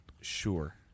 Sure